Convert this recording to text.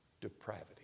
depravity